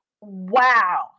Wow